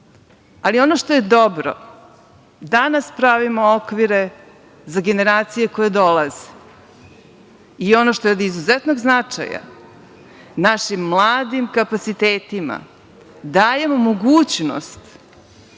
Ono što je dobro jeste da danas pravimo okvire za generacije koje dolaze. Ono što je od izuzetnog značaja, našim mladim kapacitetima dajemo mogućnost